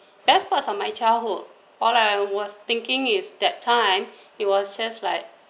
best part of my childhood all I was thinking is that time it was just like